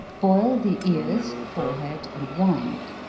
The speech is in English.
boil the ears, forehead, and rind,